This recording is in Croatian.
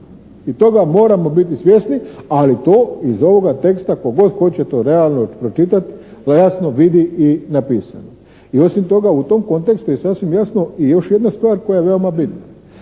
I toga moramo biti svjesni ali to iz ovoga teksta tko god hoće to realno pročitati, to jasno vidi i napisano. I osim toga, u tom kontekstu je sasvim jasno i još jedna stvar koja je veoma bitna.